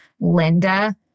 Linda